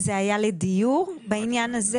זה היה לדיור בעניין הזה.